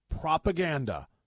propaganda